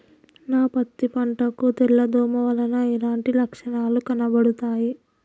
నా పత్తి పంట కు తెల్ల దోమ వలన ఎలాంటి లక్షణాలు కనబడుతాయి?